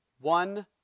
one